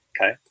okay